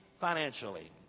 financially